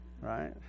right